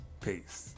Peace